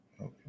okay